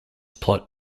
plot